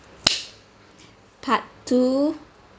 part two